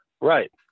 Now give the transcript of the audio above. Right